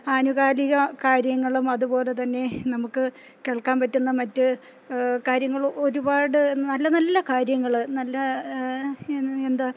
ആനുകാലിക കാര്യങ്ങളും അതുപോലെ തന്നെ നമുക്ക് കേൾക്കാൻ പറ്റുന്ന മറ്റ് കാര്യങ്ങള് ഒരുപാട് നല്ല നല്ല കാര്യങ്ങള് നല്ല എന്താണ്